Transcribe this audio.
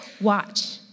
watch